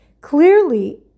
Clearly